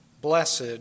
Blessed